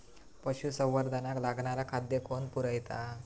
पशुसंवर्धनाक लागणारा खादय कोण पुरयता?